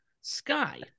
Sky